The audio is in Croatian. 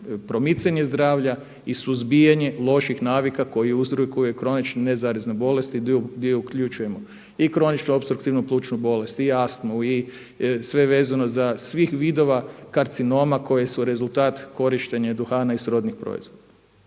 promicanje zdravlja i suzbijanje loših navika koji uzrokuje kroničke nezarazne bolesti gdje uključujemo i kroničnu opstruktivnu plućnu bolest i astmu i sve vezano za sve vidove karcinoma koje su rezultat korištenja i duhana i srodnih proizvoda.